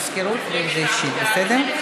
למזכירות, אם זה אישית, בסדר?